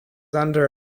under